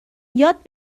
یاد